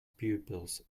pupils